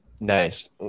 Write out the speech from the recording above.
Nice